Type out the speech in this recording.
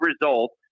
results